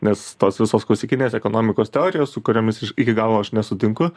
nes tos visos klasikinės ekonomikos teorijos su kuriomis iki galo aš nesutinku